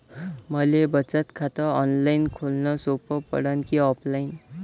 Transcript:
मले बचत खात ऑनलाईन खोलन सोपं पडन की ऑफलाईन?